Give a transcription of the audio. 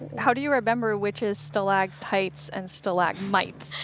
how do you remember which is stalactites and stalagmites?